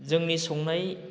जोंनि संनाय